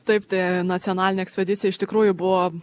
taip tai nacionalinė ekspedicija iš tikrųjų buvo